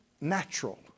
natural